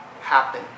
happen